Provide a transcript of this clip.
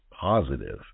positive